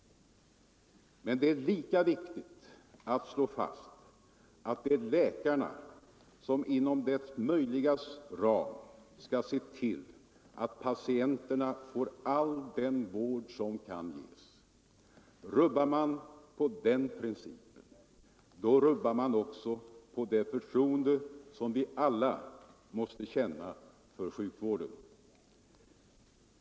Men det är lika viktigt att slå fast att det är läkarna som inom det möjligas ram skall se till att patienterna får all den vård som kan ges. Rubbar man på den principen, då rubbar man också på det förtroende som vi alla måste känna för sjukvården.